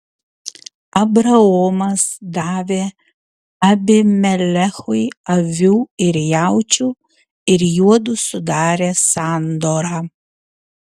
abraomas davė abimelechui avių ir jaučių ir juodu sudarė sandorą